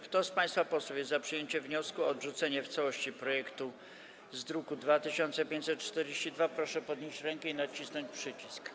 Kto z państwa posłów jest za przyjęciem wniosku o odrzucenie w całości projektu z druku nr 2542, proszę podnieść rękę i nacisnąć przycisk.